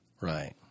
Right